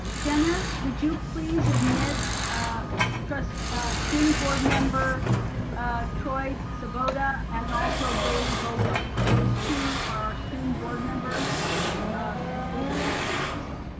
jenith, would you please admit student board member troy tsubota and also baylee bogard? those two are student board members and please admit them also.